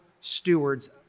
stewards